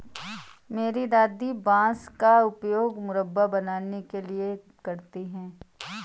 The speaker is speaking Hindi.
मेरी दादी बांस का उपयोग मुरब्बा बनाने के लिए करती हैं